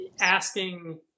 asking